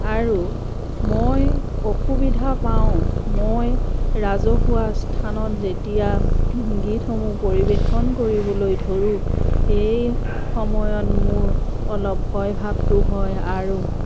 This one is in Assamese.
আৰু মই অসুবিধা পাওঁ মই ৰাজহুৱা স্থানত যেতিয়া গীতসমূহ পৰিৱেশন কৰিবলৈ ধৰোঁ সেই সময়ত মোৰ অলপ ভয় ভাবটো হয় আৰু